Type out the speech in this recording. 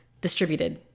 distributed